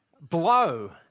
Blow